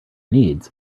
needs